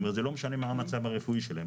זה לא משנה מה המצב הרפואי שלהם,